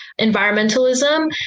environmentalism